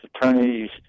attorneys